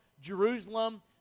Jerusalem